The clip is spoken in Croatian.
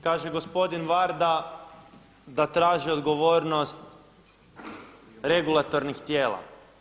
Kaže gospodin Varda da traže odgovornost regulatornih tijela.